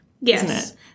yes